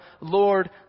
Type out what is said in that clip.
Lord